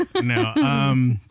no